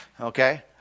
Okay